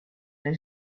they